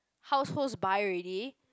households buy already